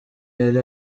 yari